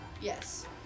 Yes